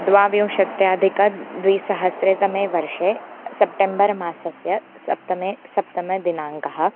द्वाविंशत्यधिकद्विसहस्रतमे वर्षे सेप्टेम्बर् मासस्य सप्तमः सप्तमदिनाङ्कः